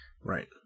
Right